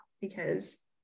Because-